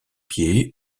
pieds